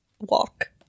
walk